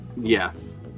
Yes